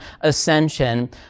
ascension